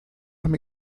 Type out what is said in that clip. i’m